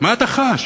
מה אתה חש?